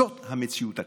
זאת המציאות הקשה.